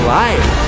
life